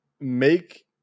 make